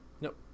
Nope